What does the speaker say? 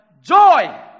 joy